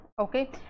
okay